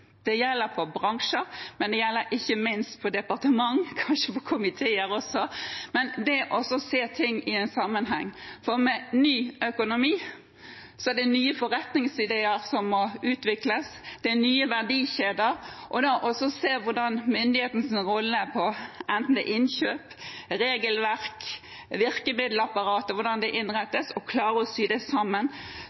Det gjelder for bransjer, men det gjelder ikke minst for departementer – og kanskje også for komiteer – det å se ting i en sammenheng. For med ny økonomi er det nye forretningsideer som må utvikles, og det er nye verdikjeder. Man må også se på myndighetenes rolle – enten det er på innkjøp, på regelverk eller på virkemiddelapparatet og hvordan det innrettes. Å klare å sy dette sammen